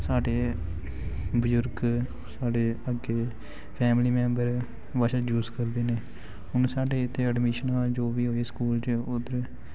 साढ़े बजुर्ग साढ़े अग्गें फैमली मैंबर भाशा यूज़ करदे न हून साढ़े इत्थै अडमिशनां जो बी होए स्कूल च उद्धर